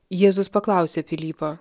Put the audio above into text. jėzus paklausė pilypą